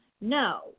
no